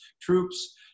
troops